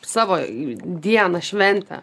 savo dieną šventę